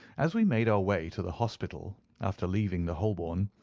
as we made our way to the hospital after leaving the holborn,